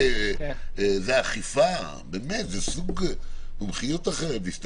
את שני הדברים האלה אנחנו נדייק.